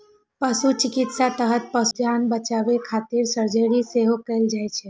पशु चिकित्साक तहत पशुक जान बचाबै खातिर सर्जरी सेहो कैल जाइ छै